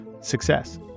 Success